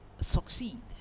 succeed